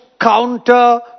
counter